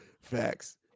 Facts